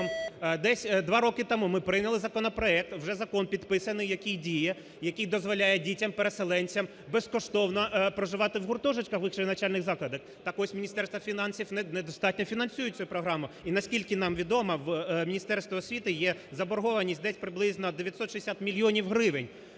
десь два роки тому ми прийняли законопроект, вже закон підписаний, який діє, який дозволяє дітям-переселенцям безкоштовно проживати в гуртожитках вищих навчальних закладів. Так ось Міністерство фінансів недостатньо фінансує цю програму. І наскільки нам відомо, в Міністерства освіти є заборгованість десь приблизно 960 мільйонів гривень,